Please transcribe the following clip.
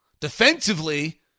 Defensively